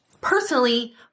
personally